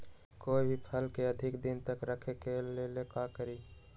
कोई भी फल के अधिक दिन तक रखे के ले ल का करी?